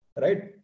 right